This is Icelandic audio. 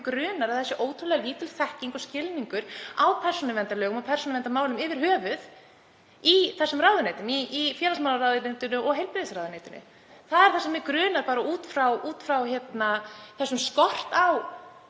grunar að það sé ótrúlega lítil þekking og skilningur á persónuverndarlögum og persónuverndarmálum yfir höfuð í þessum ráðuneytum, í félagsmálaráðuneytinu og heilbrigðisráðuneytinu. Það er það sem mig grunar út frá skorti á